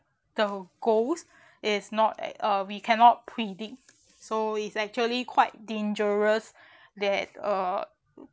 the goals is not at uh we cannot predict so it's actually quite dangerous that uh